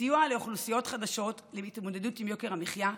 סיוע לאוכלוסיות חלשות בהתמודדות עם יוקר המחיה,